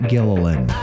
Gilliland